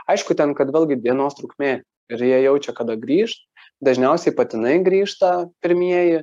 aišku ten kad vėlgi dienos trukmė ir jie jaučia kada grįš dažniausiai patinai grįžta pirmieji